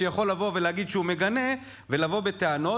שיכול לבוא ולהגיד שהוא מגנה ולבוא בטענות,